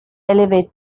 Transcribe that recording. elevator